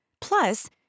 Plus